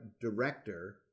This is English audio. director